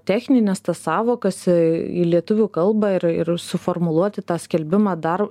technines tas sąvokas į lietuvių kalbą ir ir suformuluoti tą skelbimą dar